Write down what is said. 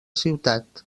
ciutat